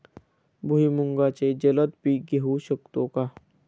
भुईमुगाचे जलद पीक घेऊ शकतो का?